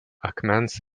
akmens